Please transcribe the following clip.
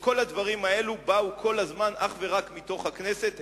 כל הדברים האלה הגיעו כל הזמן אך ורק מתוך הכנסת,